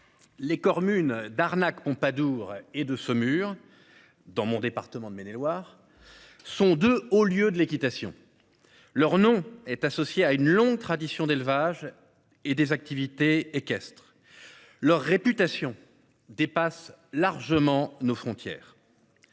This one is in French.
Les corps Munn d'arnaque Pompadour et de Saumur. Dans mon département de Maine-et-Loire sont de au lieu de l'équitation. Leur nom est associé à une longue tradition d'élevage et des activités équestres. Leur réputation dépasse largement nos frontières.